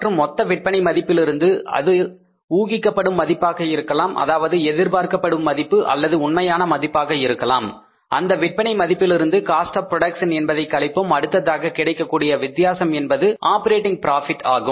மற்றும் மொத்த விற்பனை மதிப்பிலிருந்து அது ஊகிக்கப்படும் மதிப்பாக இருக்கலாம் அதாவது எதிர்பார்க்கப்படும் மதிப்பு அல்லது உண்மையான மதிப்பாக இருக்கலாம் அந்த விற்பனை மதிப்பிலிருந்து காஸ்ட் ஆப் புரோடக்சன் என்பதை கழிப்போம் அடுத்ததாக கிடைக்கக்கூடிய வித்தியாசம் என்பது ஆப்பரேட்டிங் ப்ராபிட் ஆகும்